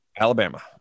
Alabama